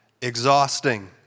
exhausting